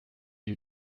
you